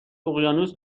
اقیانوس